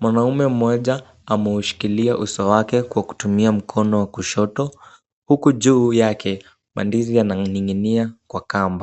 Mwanaume mmoja ameushikilia uso wake kwa kutumia mkono wa kushoto huku juu yake mandizi yananing'inia kwa kamba.